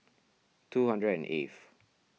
two hundred and eighth